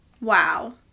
Wow